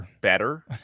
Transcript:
better